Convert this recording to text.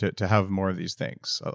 to to have more of these things? so